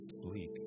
sleek